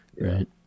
Right